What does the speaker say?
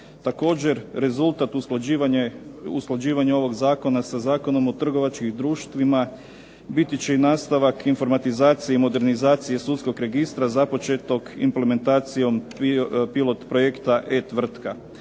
Također rezultat usklađivanja ovog zakona sa Zakonom o trgovačkim društvima biti će i nastavak informatizacije i modernizacije sudskog registra započetog implementacijom pilot projekta e-tvrtka,